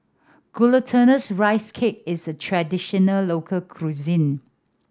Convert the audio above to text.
Glutinous Rice Cake is a traditional local cuisine